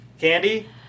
Candy